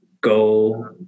go